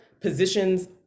positions